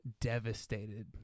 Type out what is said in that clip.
devastated